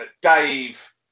Dave